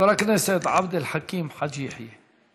חבר הכנסת עבד אל חכים חאג' יחיא.